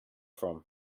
from